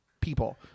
people